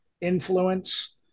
influence